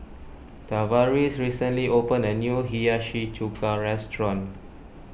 Tavaris recently opened a new Hiyashi Chuka restaurant